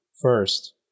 first